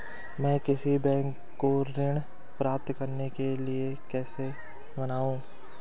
मैं किसी बैंक को ऋण प्राप्त करने के लिए कैसे मनाऊं?